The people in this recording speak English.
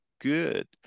good